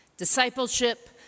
Discipleship